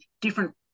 different